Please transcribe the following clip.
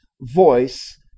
voice